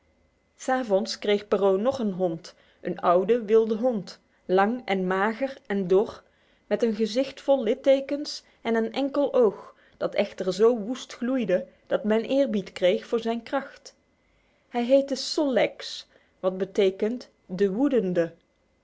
s avonds kreeg perrault nog een hond een oude wilde hond lang en mager en dor met een gezicht vol littekens en een enkel oog dat echter zo woest gloeide dat men eerbied kreeg voor zijn kracht hij heette sol leks wat betekent de woedende